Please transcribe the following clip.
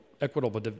equitable